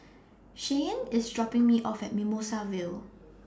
Shyanne IS dropping Me off At Mimosa Vale